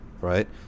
right